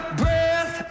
breath